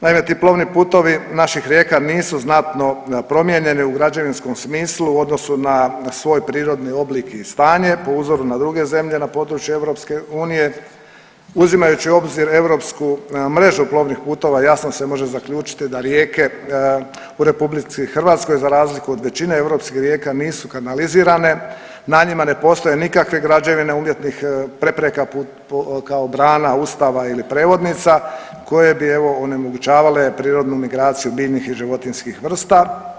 Naime, ti plovni putovi naših rijeka nisu znatno promijenjeni u građevinskom smislu u odnosu na svoj prirodni oblik i stanje, po uzoru na druge zemlje na području EU, uzimajući u obzir europsku mrežu plovnih putova, jasno se može zaključiti da rijeke u RH za razliku od većine europskih rijeka nisu kanalizirane, na njima ne postoje nikakve građevine umjetnih prepreka kao brana, ustava ili prevodnica koje bi evo, onemogućavale prirodnu migraciju biljnih i životinjskih vrsta.